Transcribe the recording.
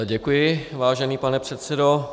Děkuji, vážený pane předsedo.